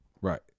Right